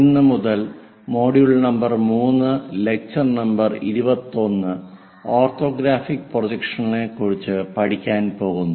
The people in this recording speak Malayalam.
ഇന്ന് മുതൽ module number 3 lecture number 21 orthographic പ്രൊജക്ഷനുകളെ കുറിച്ച് പഠിക്കാൻ പോകുന്നു